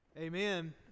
Amen